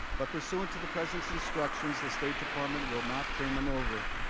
but pursuant to the president's instructions, the state department will not turn them over.